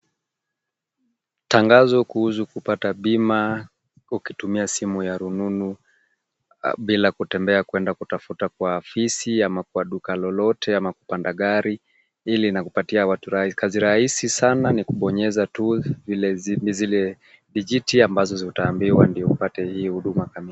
Tangazo kuhusu kupata bima ukitumia simu ya rununu bila kutembea kwenda kutafuta kwa afisi ama kwa duka lolote ama kupanda gari hili hupatia watu kazi rahisi sana ni kubonyeza tu zile dijiti ambazo utaambiwa ndio upate hiyo huduma kamili.